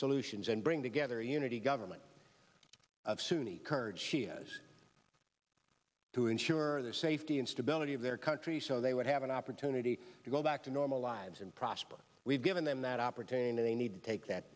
solutions and bring together a unity government of sunni kurd shias to ensure their safety and stability of their country so they would have an opportunity to go back to normal lives and prosper we've given them that opportunity need to take that